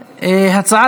נתקבלה.